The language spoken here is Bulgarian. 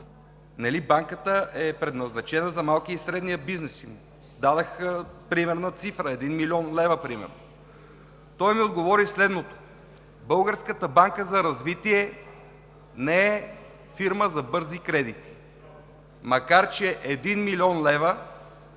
нали Банката е предназначена за малкия и средния бизнес! Дадох примерна цифра – 1 млн. лв. Той ми отговори следното: „Българската банка за развитие не е фирма за бързи кредити“, макар че 1 млн. лв.